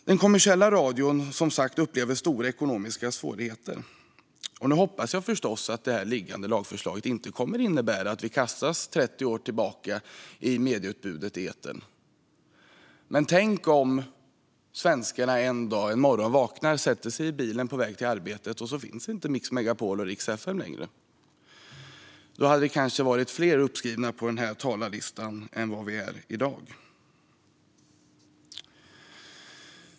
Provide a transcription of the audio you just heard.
Den kommersiella radion upplever stora ekonomiska svårigheter. Nu hoppas jag förstås att det liggande lagförslaget inte kommer att innebära att vi kastas 30 år tillbaka i medieutbudet i etern. Tänk om svenskarna en morgondag vaknar, sätter sig i bilen på väg till arbetet, och så finns inte Mix Megapol och Rix FM längre. Då hade det kanske varit fler uppskrivna på talarlistan än vad vi är i dag.